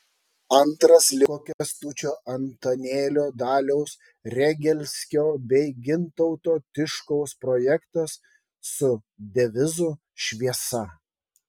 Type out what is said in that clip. antras liko kęstučio antanėlio daliaus regelskio bei gintauto tiškaus projektas su devizu šviesa